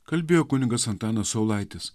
kalbėjo kunigas antanas saulaitis